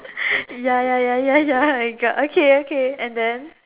ya ya ya ya ya I got okay okay and then